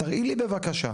תראי לי בבקשה,